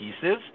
pieces